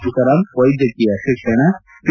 ತುಕರಾಂ ವೈದ್ಯಕೀಯ ಶಿಕ್ಷಣ ಪಿ